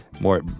more